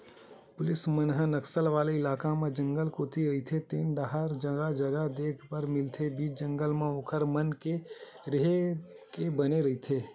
police मन ह नक्सल वाले इलाका म जंगल कोती रहिते तेन डाहर जगा जगा देखे बर मिलथे बीच जंगल म ओखर मन के रेहे के बने रहिथे